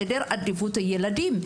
סדר עדיפות, ילדים.